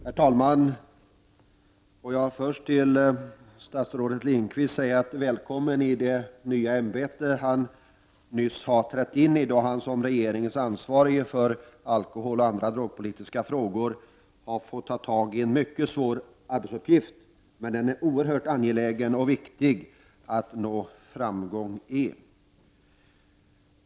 Herr talman! Får jag först välkomna statsrådet Lindqvist till det nya ämbete han nyss har trätt in i, där han, som regeringens ansvarige för alkoholpolitiska och andra drogpolitiska frågor, får ta tag i en mycket svår arbetsuppgift. Den är oerhört viktig och angelägen att nå framgång i.